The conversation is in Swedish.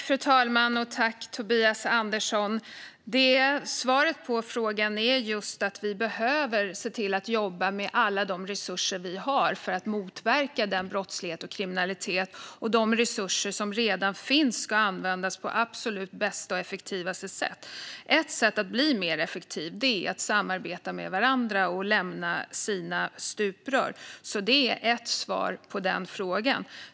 Fru talman! Svaret på frågan är att vi behöver jobba med alla resurser vi har för att motverka denna brottslighet och kriminalitet och att de resurser som redan finns ska användas på absolut bästa och effektivaste sätt. Ett sätt att bli mer effektiv är att samarbeta med varandra och lämna sina stuprör. Det är ett svar på frågan.